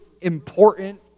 important